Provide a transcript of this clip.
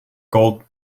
gold